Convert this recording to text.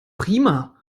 prima